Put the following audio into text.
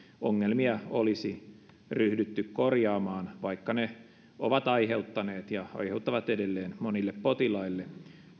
ongelmia olisi ryhdytty korjaamaan vaikka ne ovat aiheuttaneet ja aiheuttavat edelleen monille potilaille